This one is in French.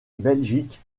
belgique